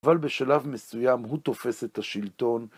אבל בשלב מסוים הוא תופס את השלטון.